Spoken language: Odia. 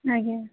ଆଜ୍ଞା